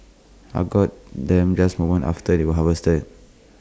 I got them just moments after they were harvested